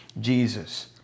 Jesus